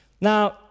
Now